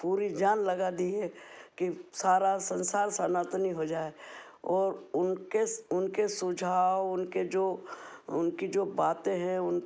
पूरी जान लगा दी है कि सारा संसार सनातनी हो जाए और उनके उनके सुझाव उनके जो उनकी जो बातें हैं